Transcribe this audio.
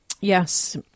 Yes